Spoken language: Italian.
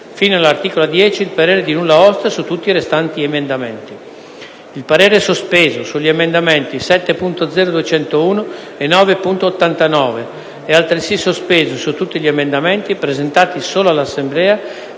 Fino all’articolo 10 il parere edi nulla osta su tutti i restanti emendamenti. Il parere e sospeso sugli emendamenti 7.0.201 e 9.89. E[]altresı sospeso su tutti gli emendamenti, presentati solo all’Assemblea,